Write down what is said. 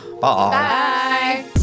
bye